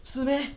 是 meh